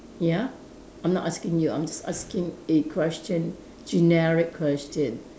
ya I'm not asking you I'm just asking a question generic question